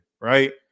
right